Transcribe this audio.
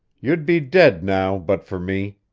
you'd be dead now, but for me.